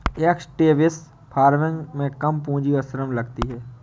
extensive farming में कम पूंजी और श्रम लगती है